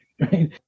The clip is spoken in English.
right